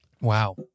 Wow